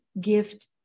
Gift